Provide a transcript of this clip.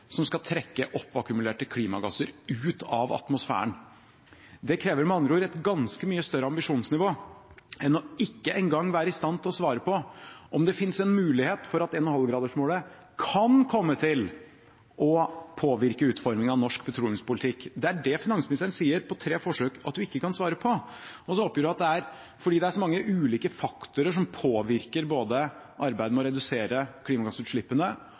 som skal trekke oppakkumulerte klimagasser ut av atmosfæren. Det krever med andre ord et ganske mye større ambisjonsnivå enn ikke engang å være i stand til å svare på om det finnes en mulighet for at 1,5-gradersmålet kan komme til å påvirke utformingen av norsk petroleumspolitikk. Det er det finansministeren sier – på tre forsøk – at hun ikke kan svare på. Og så oppgir hun at fordi det er så mange ulike faktorer som påvirker både arbeidet med å redusere klimagassutslippene